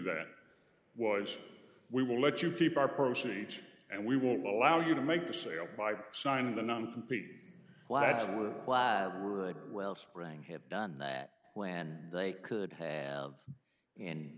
that was we will let you keep our proceeds and we will allow you to make the sale by signing the non compete why would well spring have done that when they could have and